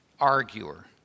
arguer